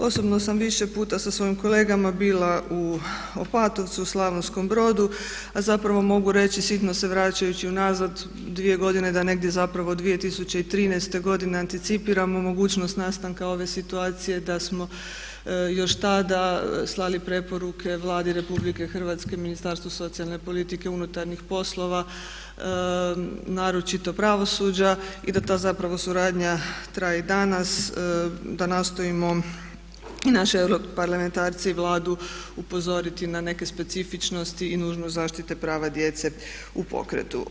Osobno sam više puta sa svojim kolegama bila u Opatovcu, Slavonskom Brodu a zapravo mogu reći, sitno se vraćajući unazad dvije godine da je negdje zapravo 2013.godine anticipiramo mogućnost nastanka ove situacije da smo još tada slali preporuke Vlade RH, Ministarstvu socijalne politike, MUP-u, naročito Pravosuđa i da ta zapravo suradnja traje i danas, da nastojimo i naše Europarlamentarce i Vladu upozoriti na neke specifičnosti i nužno zaštite prava djece u pokretu.